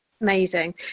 Amazing